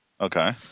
Okay